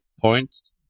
points